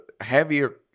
heavier